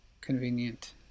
convenient